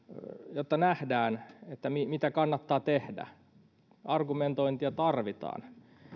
jotta nähdään mitä kannattaa tehdä argumentointia tarvitaan